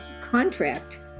contract